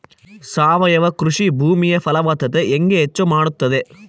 ಸಾವಯವ ಕೃಷಿ ಭೂಮಿಯ ಫಲವತ್ತತೆ ಹೆಂಗೆ ಹೆಚ್ಚು ಮಾಡುತ್ತದೆ?